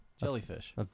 Jellyfish